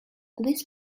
this